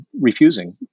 refusing